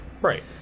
Right